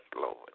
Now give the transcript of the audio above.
Lord